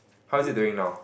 how is it doing now